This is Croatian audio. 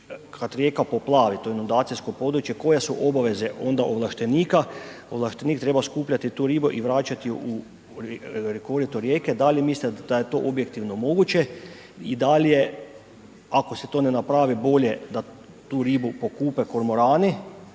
kad rijeka poplavi to inundacijsko područje, koje su obaveze onda ovlaštenika, ovlaštenik treba skupljati tu ribu i vraćati ju u korito rijeke, da li mislite da je to objektivno moguće i da li je ako se to ne napravi, bolje da tu ribu pokupe kormorani